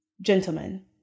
gentlemen